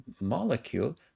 molecule